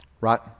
Right